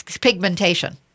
pigmentation